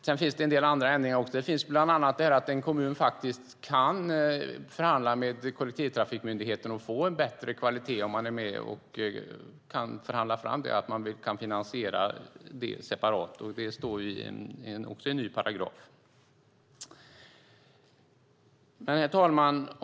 Sedan finns det också en del andra ändringar, bland annat att en kommun kan förhandla med kollektivtrafikmyndigheten och få en bättre kvalitet om man är med och kan förhandla fram separat finansiering - detta står i en ny paragraf. Herr talman!